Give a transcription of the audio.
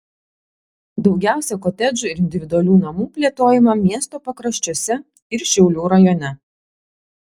daugiausiai kotedžų ir individualių namų plėtojama miesto pakraščiuose ir šiaulių rajone